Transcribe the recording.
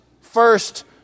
first